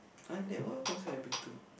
other than that what concert I been to